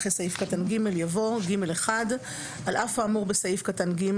אחרי סעיף קטן (ג) יבוא: "(ג1)על אף האמור בסעיף קטן (ג),